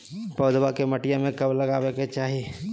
पौधवा के मटिया में कब लगाबे के चाही?